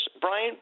Brian